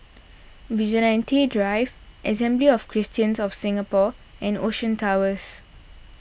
Vigilante Drive Assembly of Christians of Singapore and Ocean Towers